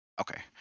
Okay